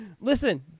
Listen